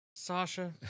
Sasha